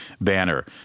banner